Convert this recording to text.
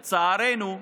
לצערנו,